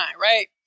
Right